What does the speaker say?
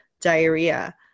diarrhea